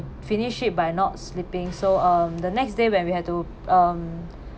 finish it by not sleeping so um the next day when we had to um